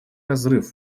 разрыв